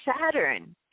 Saturn